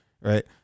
right